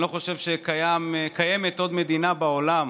אני לא חושב שקיימת עוד מדינה בעולם